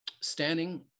standing